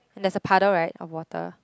there's a paddle right of water